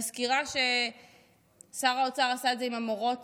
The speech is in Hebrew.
מזכירה ששר האוצר עשה את זה עם המורות